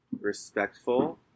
respectful